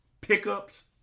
pickups